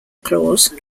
clause